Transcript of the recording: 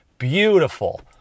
beautiful